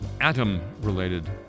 atom-related